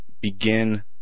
begin